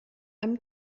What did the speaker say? amb